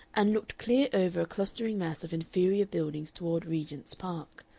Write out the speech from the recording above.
and looked clear over a clustering mass of inferior buildings toward regent's park.